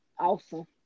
Awesome